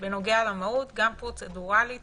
בנוגע למהות, גם פרוצדורלית